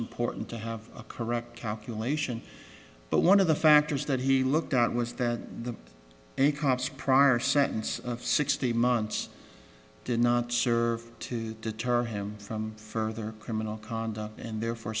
important to have a correct calculation but one of the factors that he looked at was the a cop's prior sentence of sixty months did not serve to deter him from further criminal conduct and therefore